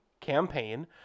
campaign